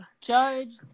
Judge